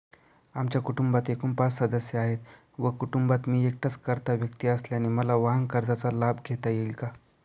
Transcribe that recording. आमच्या कुटुंबात एकूण पाच सदस्य आहेत व कुटुंबात मी एकटाच कर्ता व्यक्ती असल्याने मला वाहनकर्जाचा लाभ घेता येईल का?